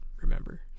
remember